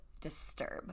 disturb